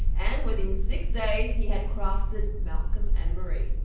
and within six days, he had crafted malcolm and marie.